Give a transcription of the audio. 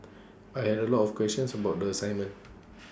I had A lot of questions about the assignment